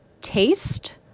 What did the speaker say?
taste